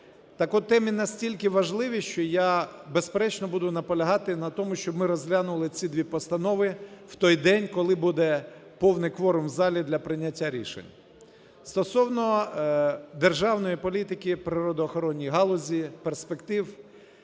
так от теми настільки важливі, що я, безперечно, буду наполягати на тому, щоб ми розглянули ці дві постанови у той день, коли буде повний кворум у залі для прийняття рішень. Стосовно державної політики у природоохоронній галузі, перспектив